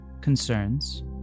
concerns